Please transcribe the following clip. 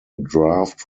draft